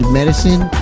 medicine